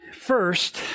First